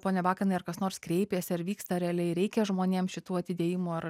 pone bakanai ar kas nors kreipėsi ar vyksta realiai reikia žmonėm šitų atidėjimų ar